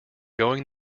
going